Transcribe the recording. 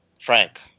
Frank